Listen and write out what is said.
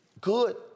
Good